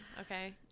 okay